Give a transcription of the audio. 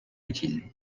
utile